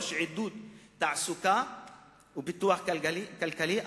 3. עידוד תעסוקה ופיתוח כלכלי,